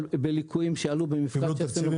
בליקויים שעלו ב --- קיבלו תקציבים ממי?